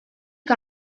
que